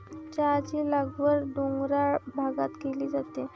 चहाची लागवड डोंगराळ भागात केली जाते